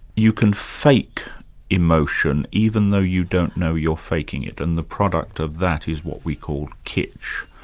you can fake emotion, even though you don't know you're faking it, and the product of that is what we call kitsch.